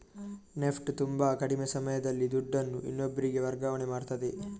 NEFT ತುಂಬಾ ಕಡಿಮೆ ಸಮಯದಲ್ಲಿ ದುಡ್ಡನ್ನು ಇನ್ನೊಬ್ರಿಗೆ ವರ್ಗಾವಣೆ ಮಾಡ್ತದೆ